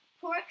pork